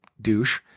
douche